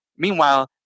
Meanwhile